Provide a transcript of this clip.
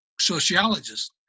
sociologist